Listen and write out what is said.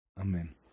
Amen